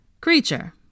Creature